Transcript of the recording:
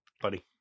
buddy